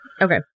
Okay